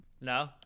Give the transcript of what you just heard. No